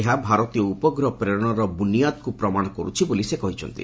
ଏହା ଭାରତୀୟ ଉପଗ୍ରହ ପ୍ରେରଣର ବୁନିୟାଦ୍କୁ ପ୍ରମାଣ କରୁଛି ବୋଲି ସେ କହିଛନ୍ତି